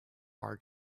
are